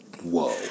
Whoa